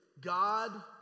God